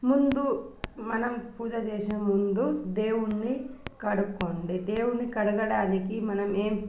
ముందు మనం పూజ చేసే ముందు దేవుణ్ణి కడుక్కోండి దేవుణ్ణి కడగడానికి మనం ఏం